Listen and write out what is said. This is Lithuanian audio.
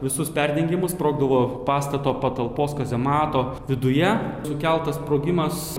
visus perdengimus sprogdavo pastato patalpos kazemato viduje sukeltas sprogimas